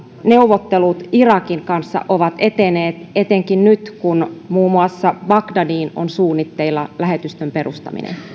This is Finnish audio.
neuvottelut irakin kanssa ovat edenneet etenkin nyt kun muun muassa bagdadiin on suunnitteilla lähetystön perustaminen